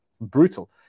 Brutal